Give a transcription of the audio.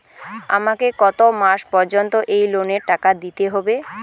আমাকে কত মাস পর্যন্ত এই লোনের টাকা দিতে হবে?